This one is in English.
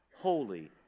holy